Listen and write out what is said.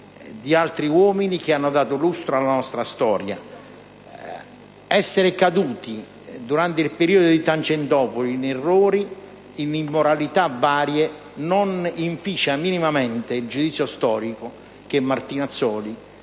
di altri uomini che hanno dato lustro alla nostra storia. Essere caduti durante il periodo di Tangentopoli in errori o immoralità di vario genere non inficia minimamente il giudizio storico che Martinazzoli